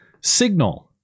signal